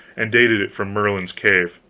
and dated it from merlin's cave.